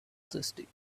thirsty